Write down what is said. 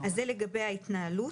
אז זה לגבי ההתנהלות.